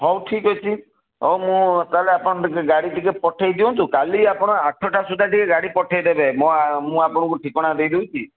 ହେଉ ଠିକ୍ ଅଛି ହେଉ ମୁଁ ତାହେଲେ ଆପଣ ଗାଡ଼ି ଟିକେ ପଠେଇଦିଅନ୍ତୁ କାଲି ଆପଣ ଆଠଟା ସୁଦ୍ଧା ଟିକିଏ ଗାଡ଼ି ପଠାଇଦେବେ ମୁଁ ଆପଣଙ୍କୁ ଠିକଣା ଦେଇ ଦେଉଛି